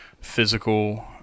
physical